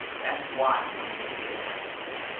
that's why some people didn't participate.